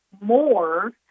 more